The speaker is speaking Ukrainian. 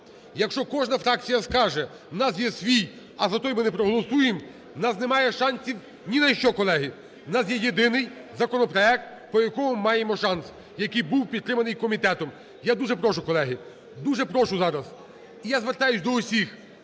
Якщо кожна фракція скаже: у нас є свій, а за той ми не проголосуємо, у нас немає шансів ні на що, колеги. У нас є єдиний законопроект, по якому ми маємо шанс, який був підтриманий комітетом. Я дуже прошу, колеги, дуже прошу зараз. І я звертаюся до усіх: